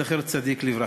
זכר צדיק לברכה.